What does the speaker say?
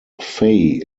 fay